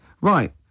Right